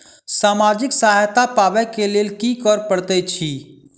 सामाजिक सहायता पाबै केँ लेल की करऽ पड़तै छी?